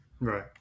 Right